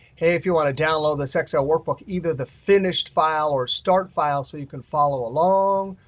hey, if you want to download this excel workbook, either the finished file or start file so you can follow along,